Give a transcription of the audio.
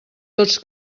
tots